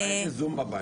לא, אין לי זום בבית.